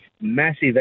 massive